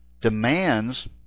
demands